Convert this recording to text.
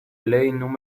ley